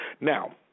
Now